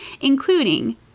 including